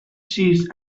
sis